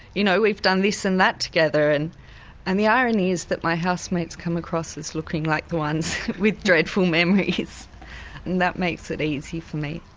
you know we've done this and that together'. and and the irony is that my housemates come across as looking like the ones with dreadful memories and that makes it easy for me.